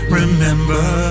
remember